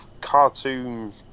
cartoon